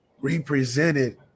represented